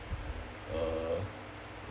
uh